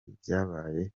ibyabaye